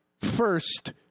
first